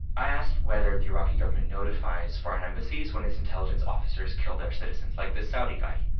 i asked whether the iraqi government notifies foreign embassies when its intelligence officers kill their citizens, like this saudi guy.